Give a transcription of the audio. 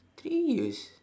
three years